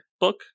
book